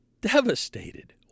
devastated